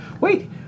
Wait